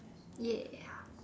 !yay!